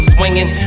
Swinging